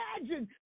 imagine